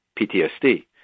PTSD